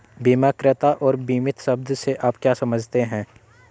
बीमाकर्ता और बीमित शब्द से आप क्या समझते हैं?